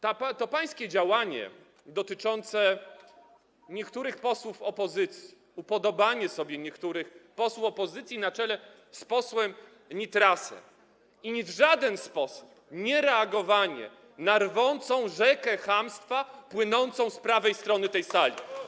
To pańskie działanie dotyczące niektórych posłów opozycji, upodobanie sobie niektórych posłów opozycji na czele z posłem Nitrasem i w żaden sposób niereagowanie na rwącą rzekę chamstwa płynącą z prawej strony tej sali.